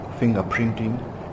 fingerprinting